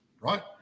right